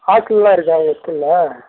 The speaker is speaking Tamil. ஹாஸ்டலெல்லாம் இருக்கா உங்கள் ஸ்கூலில்